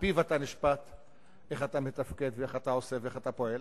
ועל-פיו אתה נשפט איך אתה מתפקד ואיך אתה עושה ואיך אתה פועל.